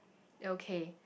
okay